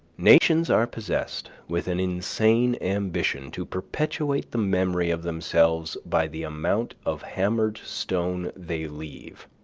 nations are possessed with an insane ambition to perpetuate the memory of themselves by the amount of hammered stone they leave.